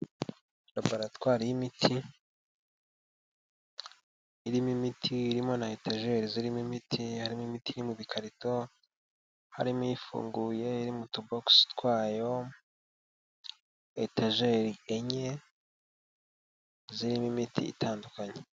Laboratwari y'imiti irimo imiti irimo na etegiri zirimo imiti, harimo imiti iri mu makarito harimo ifunguye iri mu tubosi twayo, etajeri enye zirimo imiti itandukanye.